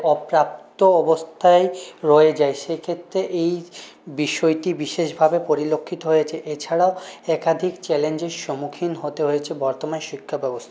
অপ্রাপ্ত অবস্থায় রয়ে যায় সেক্ষেত্রে এই বিষয়টি বিশেষভাবে পরিলক্ষিত হয়েছে এছাড়াও একাধিক চ্যালেঞ্জের সম্মুখীন হতে হয়েছে বর্তমান শিক্ষাব্যবস্থা